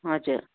हजुर